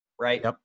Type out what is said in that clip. right